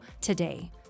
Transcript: today